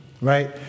right